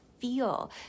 feel